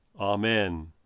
Amen